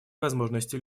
возможностей